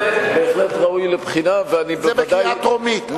זה בהחלט ראוי לבחינה, זה בקריאה הטרומית.